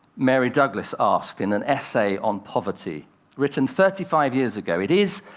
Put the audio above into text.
mary douglas asked in an essay on poverty written thirty five years ago. it is,